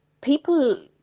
people